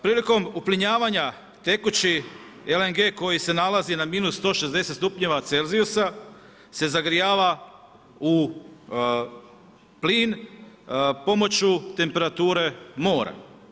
Prilikom uplinjavanja tekući LNG koji se nalazi na minus 160 stupnjeva celzijusa se zagrijava u plin, pomoću temperature mora.